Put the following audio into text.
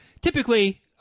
typically –